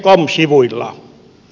com sivuilla